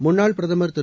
முன்னாள் பிரதமர் திரு